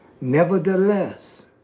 Nevertheless